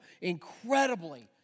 incredibly